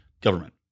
government